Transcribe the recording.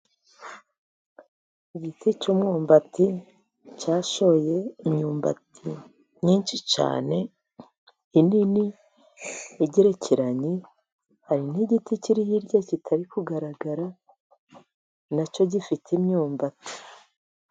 Igiti cy'umwumbati cyashoye imyumbati myinshi cyane minini igerekeranye, hari n'igiti kiri hirya kitari kugaragara nacyo gifite imyumbati.